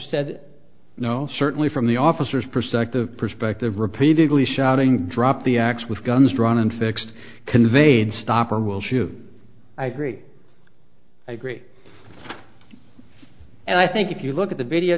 said no certainly from the officers perspective perspective repeatedly shouting drop the axe with guns drawn and fixed conveyed stop or will shoot i agree i agree and i think if you look at the